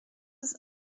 ist